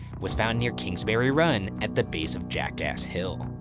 was found near kingsbury run, at the base of jackass hill.